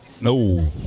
no